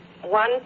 One